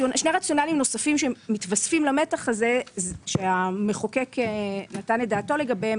שני רציונאלים נוספים שמתווספים למתח הזה שהמחוקק נתן את דעתו לגביהם.